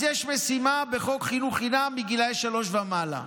אז יש משימה בחוק חינוך חינם מגיל שלוש ומעלה,